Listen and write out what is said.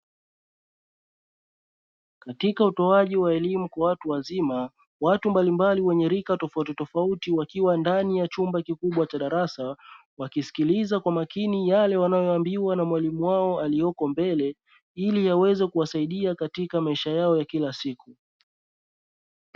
Katika utowaji wa elimu kwa watu wazima watu mbali mbali wenye rika tofauti tofauti wakiwa ndani ya chumba kikubwa cha darasa, wakisikiliza kwa makini yale wanayoambiwa na mwalimu wao aliyeko mbele ili yaweze kuwasaidia katika maisha yao ya kila siku.